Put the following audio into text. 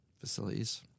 facilities